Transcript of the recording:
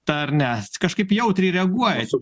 ta ar ne kažkaip jautriai reaguojate